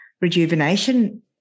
rejuvenation